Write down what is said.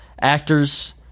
actors